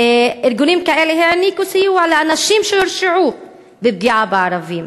וארגונים כאלה העניקו סיוע לאנשים שהורשעו בפגיעה בערבים,